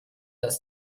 dass